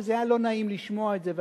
שזה היה לא נעים לשמוע את זה,